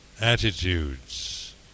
attitudes